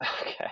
Okay